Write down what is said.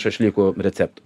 šašlykų receptu